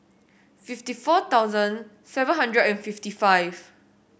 fifty four thousand seven hundred and fifty five